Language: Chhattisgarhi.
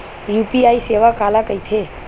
यू.पी.आई सेवा काला कइथे?